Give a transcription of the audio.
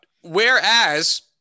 whereas